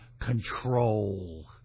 control